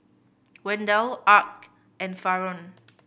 Wendell Arch and Faron